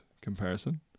comparison